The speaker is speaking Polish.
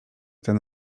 ten